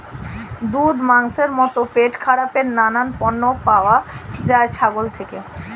দুধ, মাংসের মতো পেটখারাপের নানান পণ্য পাওয়া যায় ছাগল থেকে